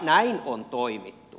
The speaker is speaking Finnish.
näin on toimittu